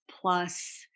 plus